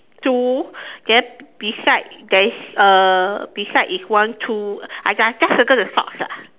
two then beside there is uh beside is one too I I just circle the socks lah